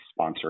sponsoring